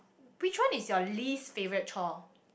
which one is your least favourite chore